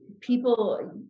people